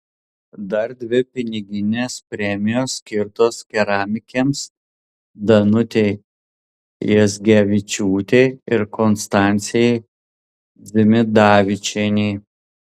dar dvi piniginės premijos skirtos keramikėms danutei jazgevičiūtei ir konstancijai dzimidavičienei